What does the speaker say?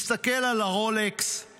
מסתכל על הרולקס,